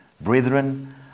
Brethren